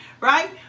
right